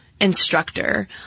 instructor